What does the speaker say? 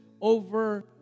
over